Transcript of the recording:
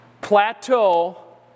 plateau